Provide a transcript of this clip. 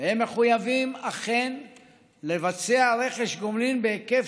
מחויבות אכן לבצע רכש גומלין עד היקף